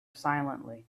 silently